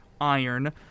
iron